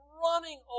running